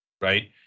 right